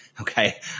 Okay